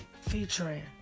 featuring